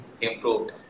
improved